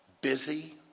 busy